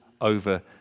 over